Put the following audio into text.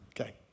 Okay